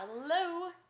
hello